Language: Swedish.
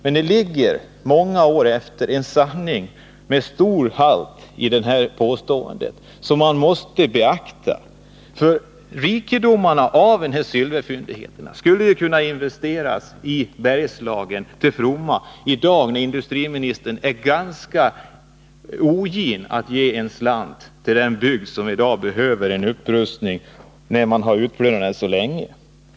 Men det ligger en sanning av stor halt i det påståendet, även nu många år senare. Vinsten av den här silverfyndigheten skulle kunna användas i Bergslagen, när industriministern nu är så obenägen att ge en slant till en bygd som i dag efter så långvarig utplundring behöver en upprustning.